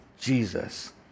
jesus